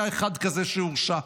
היה אחד כזה שהורשע.